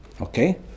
Okay